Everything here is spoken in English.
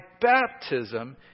baptism